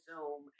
Zoom